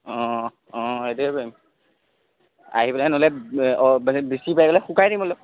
অঁ অঁ সেইটোৱেই কৰিম আহি পেলাই নহ'লে অঁ মানে বেছি পাই গ'লে শুকাই দিম অলপ